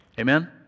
Amen